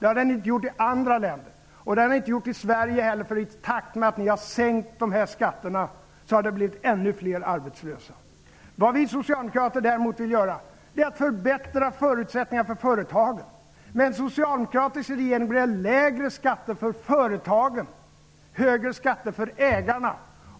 Det har den inte gjort i andra länder och inte heller i Sverige. I takt med att ni har sänkt dessa skatter har det blivit ännu fler arbetslösa. Vad vi socialdemokrater däremot vill göra är att förbättra förutsättningarna för företagen. Med en socialdemokratisk regering blir det lägre skatter för företagen och högre skatter för ägarna.